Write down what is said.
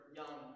young